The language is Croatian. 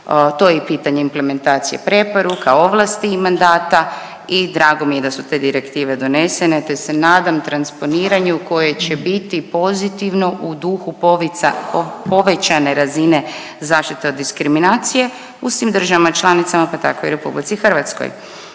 to je i pitanje implementacija preporuka, ovlasti i mandata i drago mi je da su te direktive donesene te se nadam transponiranju koje će biti pozitivno u duhu povećane razine zaštita diskriminacije u svim državama članicama pa tako i u RH. Isto